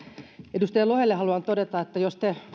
edustaja lohelle haluan todeta että jos te ajattelette